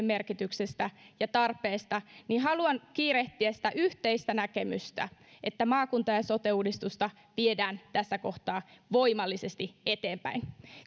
merkityksestä ja tarpeesta ja haluan kiirehtiä sitä yhteistä näkemystä että maakunta ja sote uudistusta vietäisiin tässä kohtaa voimallisesti eteenpäin